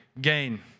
gain